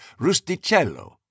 Rusticello